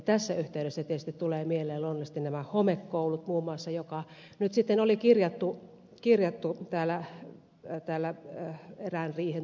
tässä yhteydessä tietysti tulevat mieleen luonnollisesti muun muassa nämä homekoulut jotka nyt sitten oli kirjattu täällä erään riihen tuloksena